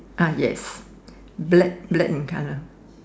ah yes black black in colour